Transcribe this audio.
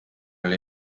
oli